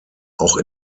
auch